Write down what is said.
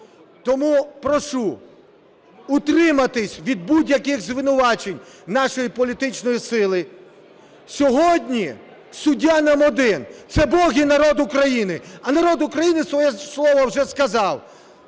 Тому прошу утриматись від будь-яких звинувачень нашої політичної сили. Сьогодні суддя нам один – це Бог і народ України. А народ України своє слово вже сказав: